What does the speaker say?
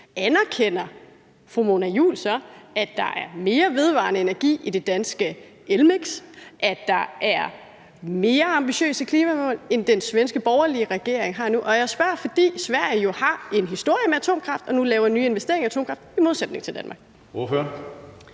anerkender hun så, at der er mere vedvarende energi i det danske elmiks, at der er mere ambitiøse klimamål end dem, den svenske borgerlige regering har nu? Og jeg spørger, fordi Sverige jo har en historie med atomkraft og nu foretager nye investeringer i atomkraft i modsætning til Danmark.